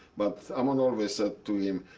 but amon always said to him,